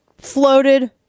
floated